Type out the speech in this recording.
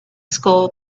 school